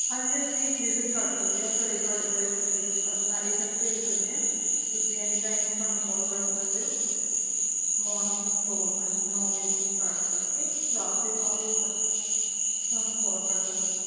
ਹਾਂਜੀ ਅਸੀਂ ਵਿਜਿਟ ਕਰ ਸਕਦੇ ਹਾਂ ਘਰੇ ਤੁਹਾਡੇ ਘਰੇ ਅਸੀਂ ਆਪਣਾ ਏਜੰਟ ਭੇਜ ਸਕਦੇ ਹਾਂ ਤੁਸੀਂ ਐਨੀਟਾਈਮ ਸਾਨੂੰ ਕਾਲ ਕਰ ਸਕਦੇ ਹੋ ਮੋਰਨਿੰਗ ਤੋਂ ਹਾਂਜੀ ਨੌ ਵਜੇ ਤੋਂ ਸਟਾਰਟ ਕਰਕੇ ਰਾਤ ਦੇ ਨੌ ਵਜੇ ਤੱਕ ਸਾਨੂੰ ਕਾਲ ਕਰ ਸਕਦੇ